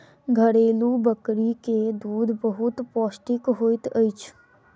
घरेलु बकरी के दूध बहुत पौष्टिक होइत अछि